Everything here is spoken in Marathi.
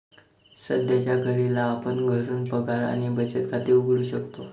सध्याच्या घडीला आपण घरून पगार आणि बचत खाते उघडू शकतो